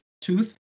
tooth